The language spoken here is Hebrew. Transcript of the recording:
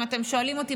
אם אתם שואלים אותי,